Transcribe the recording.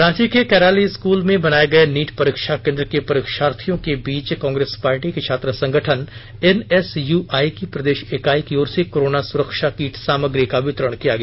रांची के कैरली स्कूल में बनाये गए नीट परीक्षा केंद्र के परीक्षार्थियों के बीच कांग्रेस पार्टी के छात्र संगठन एनएसयूआई की प्रदेश इकाई की ओर से कोरोना सुरक्षा किट सामग्री का वितरण किया गया